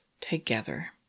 together